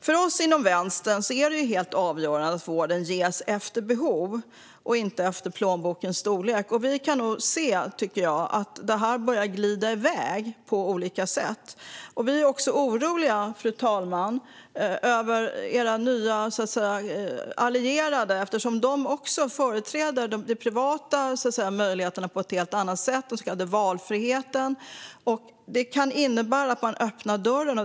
För oss inom Vänstern är det helt avgörande att vården ges efter behov och inte efter plånbokens storlek. Jag tycker att man kan se att detta på olika sätt har börjat glida iväg. Vi är också oroliga, fru talman, över regeringens nya allierade. De företräder ju de privata möjligheterna på ett helt annat sätt genom den så kallade valfriheten. Det kan innebära att man öppnar dörren.